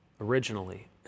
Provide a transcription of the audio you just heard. originally